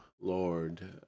Lord